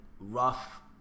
rough